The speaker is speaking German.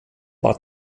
bad